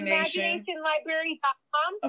ImaginationLibrary.com